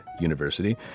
University